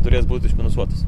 turės būt išminusuotas